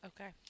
okay